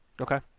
Okay